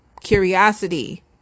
Curiosity